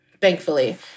thankfully